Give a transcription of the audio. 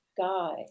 guy